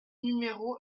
numéro